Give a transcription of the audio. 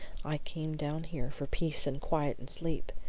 i came down here for peace and quiet and sleep.